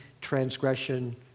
transgression